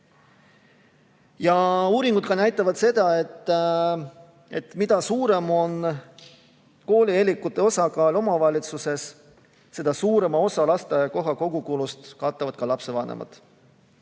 Uuringud näitavad ka seda, et mida suurem on koolieelikute osakaal omavalitsuses, seda suurema osa lasteaiakoha kogukulust katavad lastevanemad.